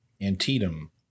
Antietam